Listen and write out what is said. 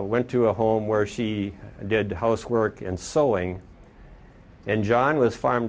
went to a home where she did housework and sewing and john was f